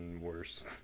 worse